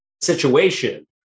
situation